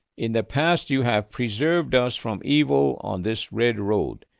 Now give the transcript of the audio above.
in the past you have preserved us from evil on this red road.